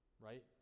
right